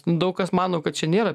daug kas mano kad čia nėra